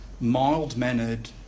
mild-mannered